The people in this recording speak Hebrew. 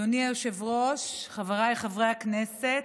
חבריי חברי הכנסת,